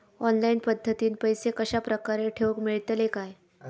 Online पद्धतीन पैसे कश्या प्रकारे ठेऊक मेळतले काय?